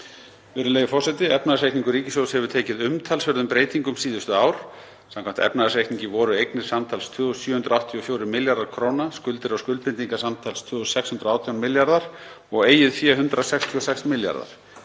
Virðulegi forseti. Efnahagsreikningur ríkissjóðs hefur tekið umtalsverðum breytingum síðustu ár. Samkvæmt efnahagsreikningi voru eignir samtals 2.784 milljarðar kr., skuldir og skuldbindingar samtals 2.618 milljarðar og eigið fé 166 milljarðar.